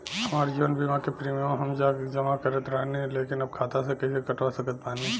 हमार जीवन बीमा के प्रीमीयम हम जा के जमा करत रहनी ह लेकिन अब खाता से कइसे कटवा सकत बानी?